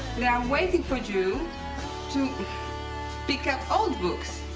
they are waiting for you to pick up old books.